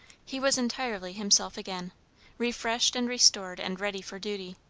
he was entirely himself again refreshed and restored and ready for duty.